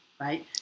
right